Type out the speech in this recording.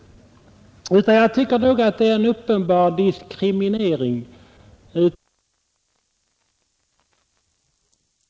Jag tycker det är en uppenbar diskriminering av arbetet i världens viktigaste verkstad. Herr talman! Jag ber att få yrka bifall till reservationen.